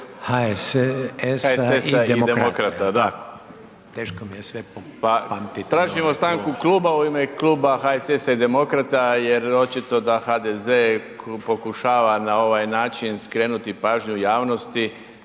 HSS-a i demokrata, da. Tražimo stanku kluba u ime kluba HSS-a i demokrata jer očito da HDZ pokušava na ovaj način skrenuti pažnju javnosti